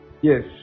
yes